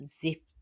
zip